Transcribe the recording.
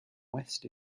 west